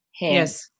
Yes